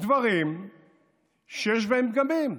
דברים שיש בהם פגמים.